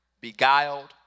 beguiled